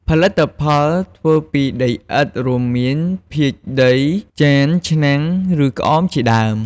ផលិតផលធ្វើពីដីឥដ្ឋ រួមមាន ភាជន៍ដី ចាន ឆ្នាំង ឬក្អមជាដើម។